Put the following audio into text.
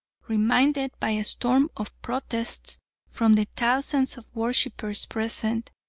reminded by a storm of protests from the thousands of worshippers present,